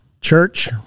church